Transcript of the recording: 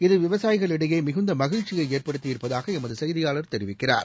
இது விவசாயிகளிடையேமிகுந்தமகிழ்ச்சியைஏற்படுத்தி இருப்பதாகஎமதுசெய்தியாளர் தெரிவிக்கிறார்